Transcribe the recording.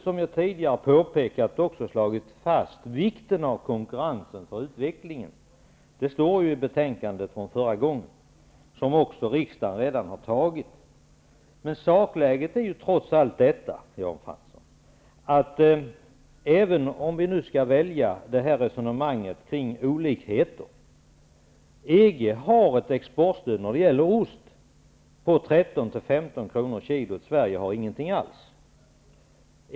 Som jag tidigare har påpekat har vi också slagit fast vikten av konkurrens för utvecklingen. Det står i det tidigare betänkandet, och riksdagen har redan fattat beslut. Även om vi skall välja resonemanget om olikheter är det t.ex. ett faktum att EG har ett exportstöd när det gäller ost på 13--15 kr. per kilo. Sverige har inget sådant stöd alls.